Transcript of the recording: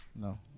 No